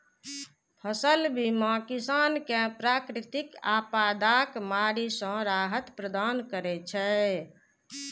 फसल बीमा किसान कें प्राकृतिक आपादाक मारि सं राहत प्रदान करै छै